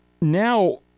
now